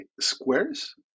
squares